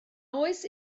oes